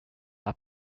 are